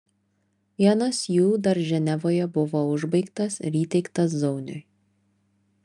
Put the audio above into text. vienas jų dar ženevoje buvo užbaigtas ir įteiktas zauniui